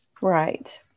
Right